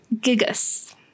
Gigas